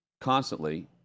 constantly